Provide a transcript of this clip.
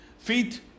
Feet